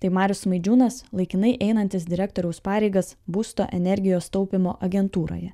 tai marius smaidžiūnas laikinai einantis direktoriaus pareigas būsto energijos taupymo agentūroje